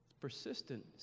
Persistent